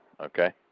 Okay